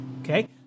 okay